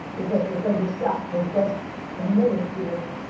because we're going to stop for just a minute here.